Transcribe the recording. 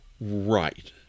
Right